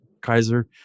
Kaiser